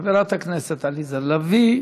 חברת הכנסת עליזה לביא,